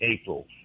april